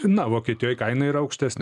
na vokietijoj kaina yra aukštesnė